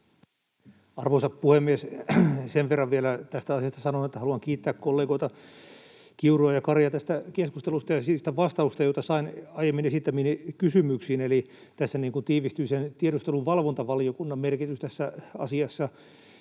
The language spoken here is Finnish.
Arvoisa puhemies! Sen verran vielä tästä asiasta sanon, että haluan kiittää kollegoita Kiurua ja Karia tästä keskustelusta ja niistä vastauksista, joita sain aiemmin esittämiini kysymyksiin. Eli tässä tiivistyy tiedusteluvalvontavaliokunnan merkitys tässä asiassa,